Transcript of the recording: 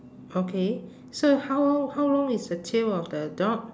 okay so how long how long is the tail of the dog